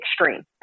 extreme